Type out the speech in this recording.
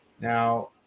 Now